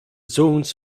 zones